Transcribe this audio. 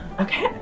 Okay